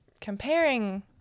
comparing